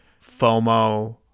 FOMO